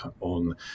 on